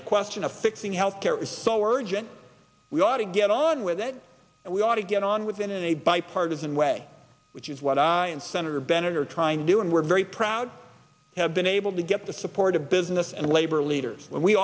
the question of fixing health care is so urgent we ought to get on with it and we ought to get on with it in a bipartisan way which is what i i and senator bennett are trying to do and we're very proud to have been able to get the support of business and labor leaders w